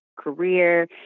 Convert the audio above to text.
career